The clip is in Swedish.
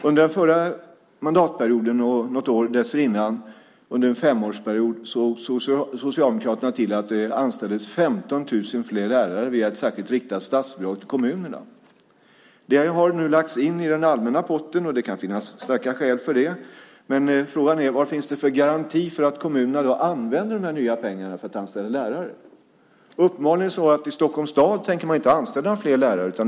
Under den förra mandatperioden och något år dessförinnan, alltså under en femårsperiod, såg Socialdemokraterna till att det anställdes 15 000 fler lärare via ett särskilt riktat statsbidrag till kommunerna. Det har nu lagts in i den allmänna potten, och det kan finnas starka skäl för det, men frågan är vad det finns för garanti för att kommunerna använder dessa nya pengar till att anställa lärare. Det är uppenbarligen så att man i Stockholms stad inte tänker anställa några fler lärare.